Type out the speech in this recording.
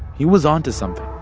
he was onto something.